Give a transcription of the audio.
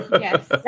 Yes